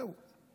זהו.